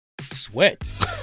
Sweat